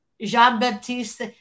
Jean-Baptiste